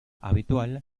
habitual